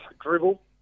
Dribble